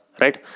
right